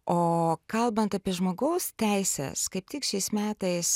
o kalbant apie žmogaus teises kaip tik šiais metais